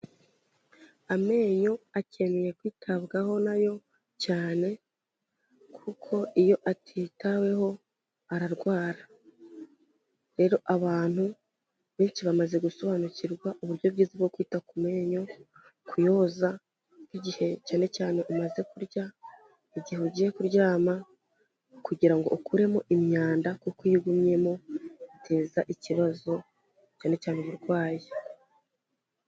Amenyo akeneye kwitabwaho na yo cyane, kuko iyo atitaweho ararwara. Rero abantu, benshi bamaze gusobanukirwa uburyo bwiza bwo kwita ku menyo, kuyoza, nk'igihe cyane cyane umaze kurya, igihe ugiye kuryama, kugira ngo ukuremo imyanda, kuko iyo igumyemo biteza ikibazo, cyane cyane uburwayi.